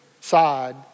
side